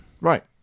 Right